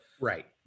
right